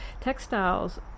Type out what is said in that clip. textiles